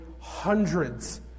hundreds